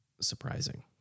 surprising